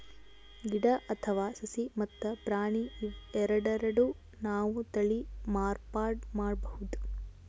ಗಿಡ ಅಥವಾ ಸಸಿ ಮತ್ತ್ ಪ್ರಾಣಿ ಇವ್ ಎರಡೆರಡು ನಾವ್ ತಳಿ ಮಾರ್ಪಾಡ್ ಮಾಡಬಹುದ್